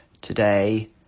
Today